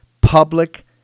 Public